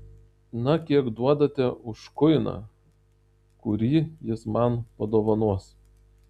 na kiek duodate už kuiną kurį jis man padovanos